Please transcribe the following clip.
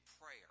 prayer